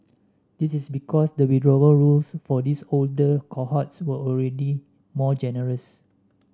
this is because the withdrawal rules for these older cohorts were already more generous